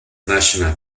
national